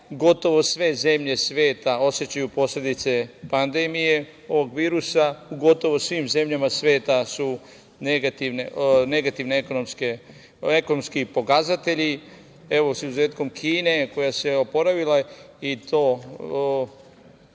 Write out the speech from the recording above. gotovo sve zemlje sveta osećaju posledice pandemije ovog virusa, u gotovo svim zemljama sveta su negativni ekonomski pokazatelji, sa izuzetkom Kine, koja se oporavila, odnosno